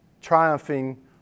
triumphing